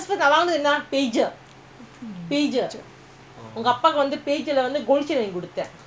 is like that pager has the aunty now pager also still have